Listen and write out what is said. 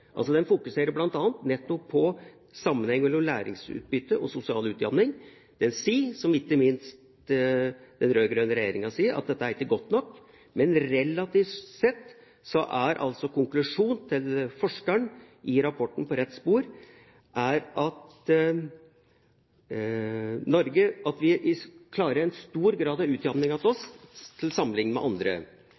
altså bl.a. på sammenheng mellom læringsutbytte og sosial utjevning. Den sier, som ikke minst den rød-grønne regjeringa sier, at dette ikke er godt nok. Men relativt sett, er altså konklusjonen til forskeren bak rapporten, er vi på rett spor: Norge klarer en stor grad av utjevning sammenlignet med andre